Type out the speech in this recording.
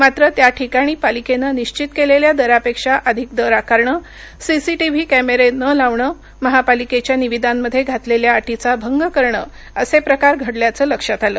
मात्र त्या ठिकाणी पालिकेनं निश्चित केलेल्या दरापेक्षा अधिक दर आकारणं सिसिटीव्ही कॅमेरे न लावणं महापालिकेच्या निविदांमध्ये घातलेल्य अटीचा भंग करणं असे प्रकार घडल्याचं लक्षात आलं